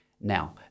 Now